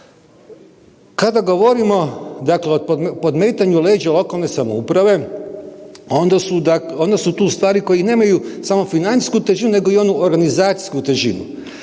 Kada govorimo dakle o podmetanju leđa lokalne samouprave onda su tu stvari koje nemaju samo financijsku težinu nego i onu organizacijsku težinu.